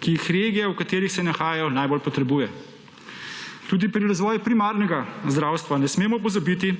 ki jih regije, v katerih se nahajajo najbolj potrebuje. Tudi pri razvoju primarnega zdravstva ne smemo pozabiti